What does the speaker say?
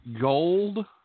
gold